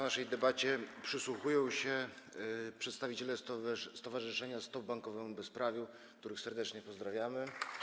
Naszej debacie przysłuchują się przedstawiciele stowarzyszenia Stop Bankowemu Bezprawiu, których serdecznie pozdrawiamy.